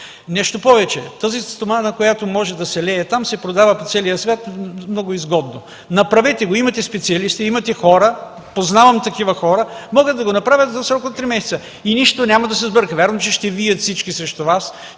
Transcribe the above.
Нещо повече, стоманата, която може да се лее там, се продава по целия свят много изгодно. Направете го. Имате специалисти, имате хора. Познавам такива хора, които могат да го направят за срок от три месеца. И нищо няма да се сбърка. Вярно, че всички ще вият срещу Вас,